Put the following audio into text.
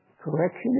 Correction